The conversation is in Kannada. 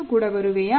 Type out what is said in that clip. ನೀನು ಕೂಡ ಬರುವೆಯ